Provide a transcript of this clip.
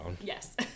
Yes